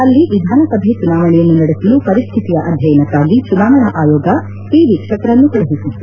ಅಲ್ಲಿ ವಿಧಾನಸಭೆ ಚುನಾವಣೆಯನ್ನು ನಡೆಸಲು ಪರಿಸ್ಟಿತಿಯ ಅಧ್ಯಯನಕ್ಕಾಗಿ ಚುನಾವಣಾ ಆಯೋಗ ಈ ವೀಕ್ಷಕರನ್ನು ಕಳುಹಿಸಿತ್ತು